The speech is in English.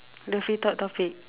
the free talk topic